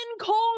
cold